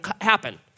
happen